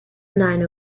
nine